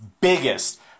biggest